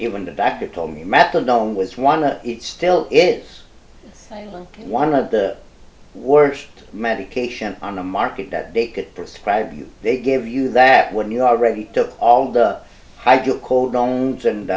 even the doctor told me methadone was one and it still is one of the worst medication on the market that they could prescribe you they gave you that when you already took all the ideal cold owns and